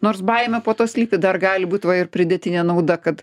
nors baimė po to slypi dar gali būt va ir pridėtinė nauda kad